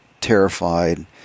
terrified